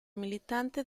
militante